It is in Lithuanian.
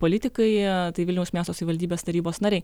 politikai tai vilniaus miesto savivaldybės tarybos nariai